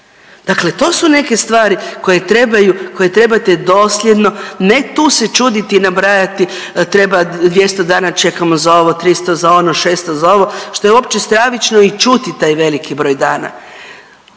Dakle, to su neke stvari koje trebate dosljedno ne tu se čuditi i nabrajati treba 200 čekamo za ovo 300 za ono 600 za ovo što je uopće stravično i čuti taj veliki broj dana.